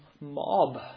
mob